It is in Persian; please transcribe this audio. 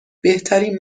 بهترین